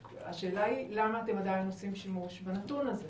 השאלה היא למה אתם עדיין עושים שימוש בנתון הזה?